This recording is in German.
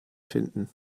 finden